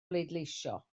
bleidleisio